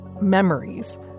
memories